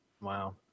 Wow